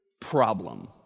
problem